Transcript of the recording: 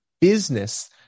business